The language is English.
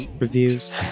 reviews